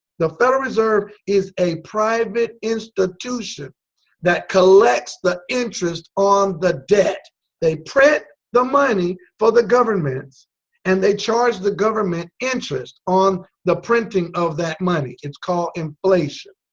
the federal reserve is a private institution that collects the interest on the debt they print the money for the governments and they charge the government interest on the printing of that money. it's called inflation